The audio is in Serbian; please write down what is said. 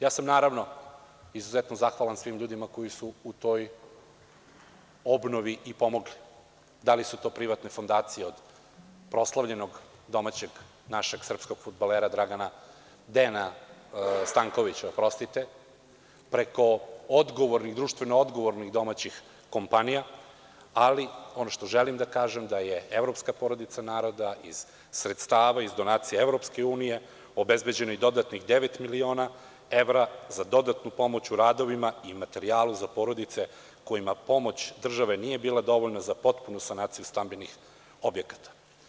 Ja sam izuzetno zahvalan svim ljudima koji su u toj obnovi pomogli, da li su to privatne fondacije od proslavljenog domaćeg našeg srpskog fudbalera Dejana Stankovića, preko odgovornih domaćih kompanija, ali ono što želim da kažem da je evropska porodica naroda iz sredstava, iz donacija EU obezbeđeno dodatnih devet miliona evra za dodatnu pomoć u radovima i materijalu za porodice kojima pomoć države nije bila dovoljna za potpunu sanaciju stambenih objekata.